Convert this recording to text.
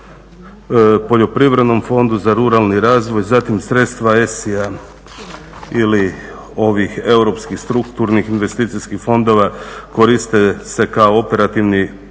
poljoprivrednom fondu, za ruralni razvoj. Zatim sredstva … ili europskim strukturnih investicijskih fondova koriste se kao operativni programi